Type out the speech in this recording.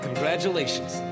Congratulations